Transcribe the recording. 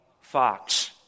fox